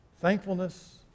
thankfulness